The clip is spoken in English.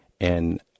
And-